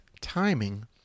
timing